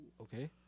Okay